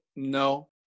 No